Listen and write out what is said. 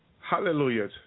Hallelujah